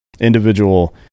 individual